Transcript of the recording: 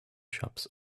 shops